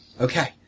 Okay